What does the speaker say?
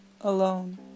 alone